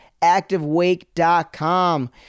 ActiveWake.com